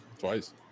twice